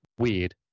weird